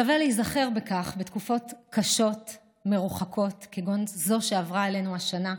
שווה להיזכר בכך בתקופות קשות ומרוחקות כגון זו שעברה עלינו השנה,